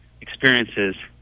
experiences